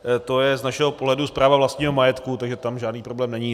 To je z našeho pohledu správa vlastního majetku, tam žádný problém není.